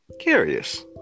curious